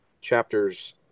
chapters